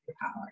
power